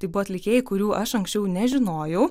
tai buvo atlikėjai kurių aš anksčiau nežinojau